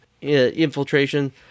infiltration